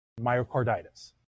myocarditis